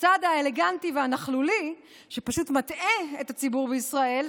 הצעד האלגנטי והנכלולי שפשוט מטעה את הציבור בישראל,